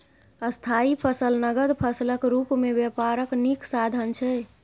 स्थायी फसल नगद फसलक रुप मे बेपारक नीक साधन छै